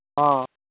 ᱦᱚᱸ